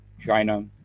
China